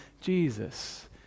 Jesus